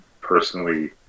personally